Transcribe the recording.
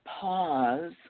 pause